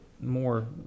more